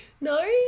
No